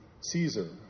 Caesar